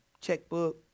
checkbook